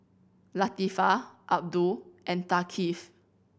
Latifa Abdul and Thaqif